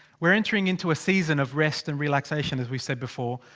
we're entering into a season of rest and relaxation as we said before.